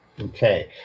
Okay